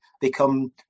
become